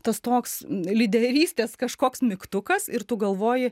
tas toks lyderystės kažkoks mygtukas ir tu galvoji